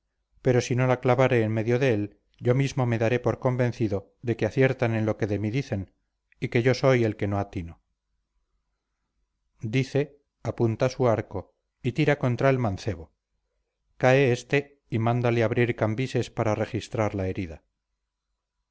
pero si no la clavare en medio de él yo mismo me daré por convencido de que aciertan en lo que de mí dicen y que yo soy el que no atino dice apunta su arco y tira contra el mancebo cae éste y mándale abrir cambises para registrar la herida